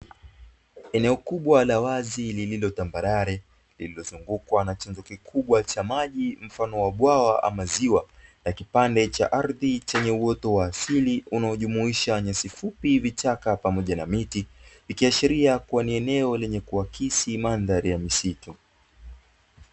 Eneo kubwa la wazi lililo tambarare, lililozungukwa na chanzo kikubwa cha maji mfano wa bwawa ama ziwa, na kipande cha ardhi chenye uoto wa asili unaojumuisha nyasi fupi, vichaka pamoja na miti. Ikiashiria kuwa ni eneo lenye kuakisi mandhari ya misitu.